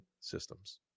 systems